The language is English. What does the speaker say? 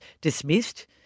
dismissed